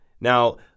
now